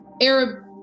arab